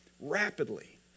rapidly